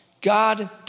God